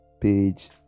page